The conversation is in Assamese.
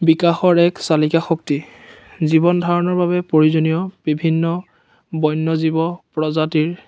বিকাশৰ এক চালিকা শক্তি জীৱন ধাৰণৰ বাবে প্ৰয়োজনীয় বিভিন্ন বন্যজীৱ প্ৰজাতিৰ